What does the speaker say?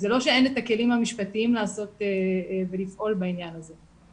זה לא שאין את הכלים המשפטיים לעשות ולפעול בעניין הזה.